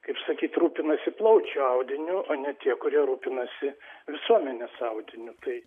kaip sakyt rūpinasi plaučių audiniu o ne tie kurie rūpinasi visuomenės audiniu tai